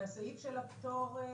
והסעיף של הפטור יימחק.